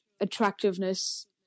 attractiveness